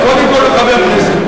קודם כול הוא חבר הכנסת.